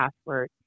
password